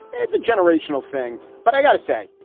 it's a generational thing, but i got to say,